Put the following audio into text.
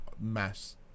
mass